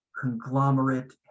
conglomerate